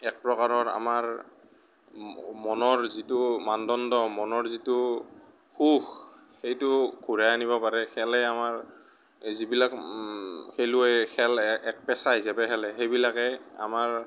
এক প্ৰকাৰৰ আমাৰ মনৰ যিটো মানদণ্ড মনৰ যিটো সুখ সেইটো ঘূৰাই আনিব পাৰে খেলে আমাৰ যিবিলাক খেলুৱৈ খেলে এক পেছা হিচাপে খেলে সেইবিলাকে আমাৰ